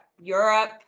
europe